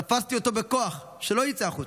תפסתי אותו בכוח, שלא יצא החוצה.